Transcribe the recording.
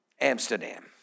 Amsterdam